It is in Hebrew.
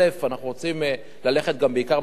אנחנו רוצים ללכת בעיקר בתב"עות,